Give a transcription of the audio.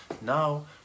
now